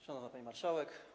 Szanowna Pani Marszałek!